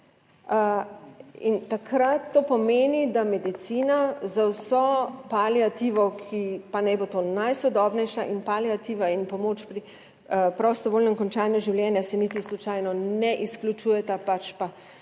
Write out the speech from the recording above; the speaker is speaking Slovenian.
takrat to pomeni, da medicina z vso paliativo, ki pa naj bo to najsodobnejša in paliativa in pomoč pri prostovoljnem končanju življenja se niti slučajno ne izključujeta, pač pa,